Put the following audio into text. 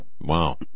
Wow